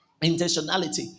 intentionality